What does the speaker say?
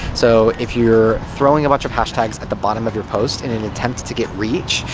so, if you're throwing a bunch of hashtags at the bottom of your post in an attempt to get reach,